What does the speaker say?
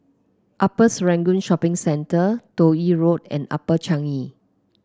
Upper Serangoon Shopping Centre Toh Yi Road and Upper Changi